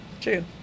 True